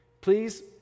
Please